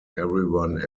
everyone